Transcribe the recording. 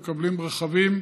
הם מקבלים רכבים